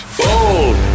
bold